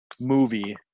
movie